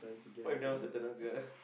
what if that one also turn out girl